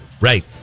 Right